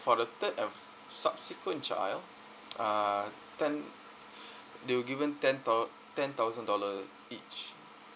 for the third and subsequent child uh ten they were given ten thou~ ten thousand dollar each